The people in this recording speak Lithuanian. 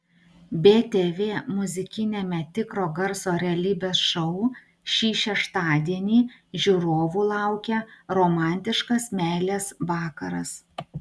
btv muzikiniame tikro garso realybės šou šį šeštadienį žiūrovų laukia romantiškas meilės vakaras